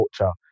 culture